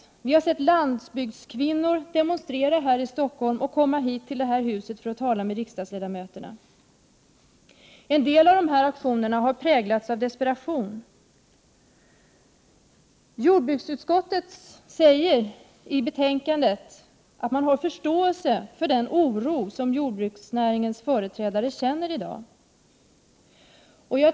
Vi har också sett landsbygdskvinnor demonstrera här i Stockholm. De har kommit hit till riksdagen för att tala med riksdagsledamöterna. En del av dessa aktioner har präglats av desperation. Från jordbruksutskottets sida säger man i detta betänkande att man har förståelse för den oro som jordbruksnäringens företrädare känner i dag.